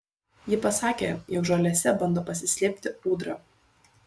ji pasakė jog žolėse bando pasislėpti ūdra